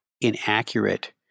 inaccurate